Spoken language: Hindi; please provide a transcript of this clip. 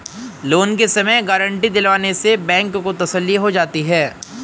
लोन के समय गारंटी दिलवाने से बैंक को तसल्ली हो जाती है